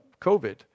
COVID